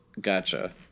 Gotcha